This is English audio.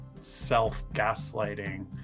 self-gaslighting